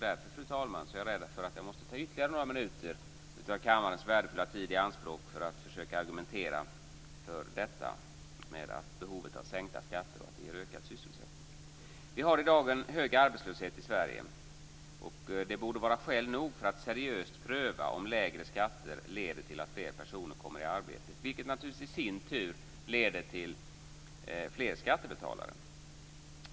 Därför, fru talman, är jag rädd att jag måste ta ytterligare några minuter av kammarens värdefulla tid i anspråk för att försöka argumentera för behovet av sänkta skatter och för att sänkta skatter ger ökad sysselsättning. Vi har i dag en hög arbetslöshet i Sverige. Detta borde vara skäl nog för att seriöst pröva om lägre skatter leder till att fler personer kommer i arbete, vilket naturligtvis i sin tur leder till fler skattebetalare.